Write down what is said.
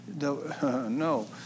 no